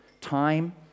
time